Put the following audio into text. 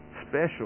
special